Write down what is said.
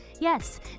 Yes